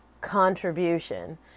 contribution